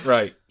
Right